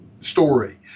story